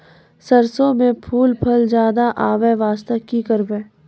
सरसों म फूल फल ज्यादा आबै बास्ते कि करबै?